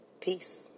Peace